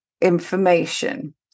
information